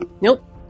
Nope